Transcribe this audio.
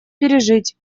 пережить